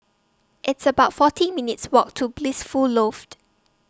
It's about forty minutes' Walk to Blissful Loft